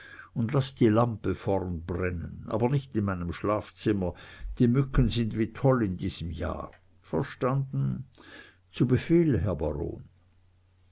und laß die lampe vorn brennen aber nicht in meinem schlafzimmer die mücken sind wie toll in diesem jahr verstanden zu befehl herr baron